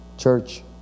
church